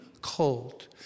cold